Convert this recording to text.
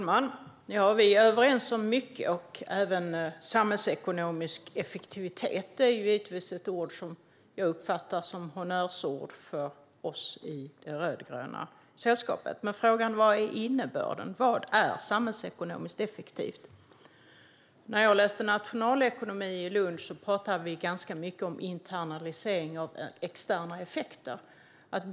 Fru talman! Vi är överens om mycket. Samhällsekonomisk effektivitet uppfattar jag givetvis som ett honnörsord även för oss i det rödgröna sällskapet. Frågan är dock vad innebörden är. Vad är samhällsekonomiskt effektivt? När jag läste nationalekonomi i Lund talade vi ganska mycket om internalisering av externa effekter.